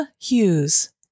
Hughes